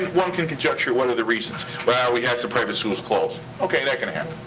one can conjecture, what are the reasons? well, we had some private schools close. okay, that can happen.